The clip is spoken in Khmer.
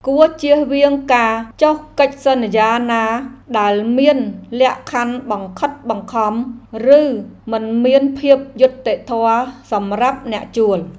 គួរជៀសវាងការចុះកិច្ចសន្យាណាដែលមានលក្ខខណ្ឌបង្ខិតបង្ខំ ឬមិនមានភាពយុត្តិធម៌សម្រាប់អ្នកជួល។